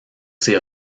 ces